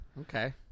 Okay